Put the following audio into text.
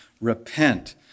Repent